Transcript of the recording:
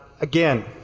again